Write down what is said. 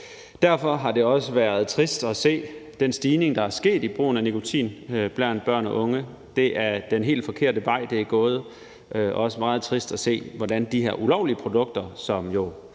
Derfor har det også været trist at se den stigning, der er sket i brugen af nikotin blandt børn af unge. Det er den helt forkerte vej, det er gået. Det er også meget trist at se, hvordan de her ulovlige produkter, som jo